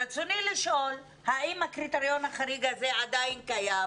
רצוני לשאול האם הקריטריון החריג הזה עדיין קיים?